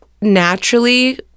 naturally